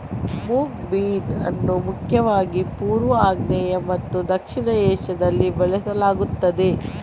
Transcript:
mung bean ಅನ್ನು ಮುಖ್ಯವಾಗಿ ಪೂರ್ವ, ಆಗ್ನೇಯ ಮತ್ತು ದಕ್ಷಿಣ ಏಷ್ಯಾದಲ್ಲಿ ಬೆಳೆಸಲಾಗುತ್ತದೆ